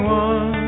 one